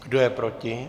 Kdo je proti?